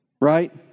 right